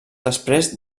després